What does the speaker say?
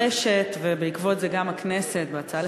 הרשת, ובעקבות זאת גם הכנסת, בהצעה הזאת